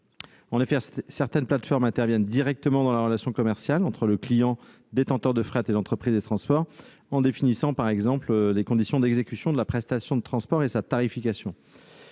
En effet, certaines plateformes interviennent directement dans la relation commerciale entre le client détenteur de fret et l'entreprise de transport, en définissant, par exemple, les conditions d'exécution de la prestation de transport et sa tarification.